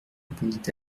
répondit